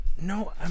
no